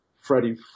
Freddie